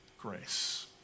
grace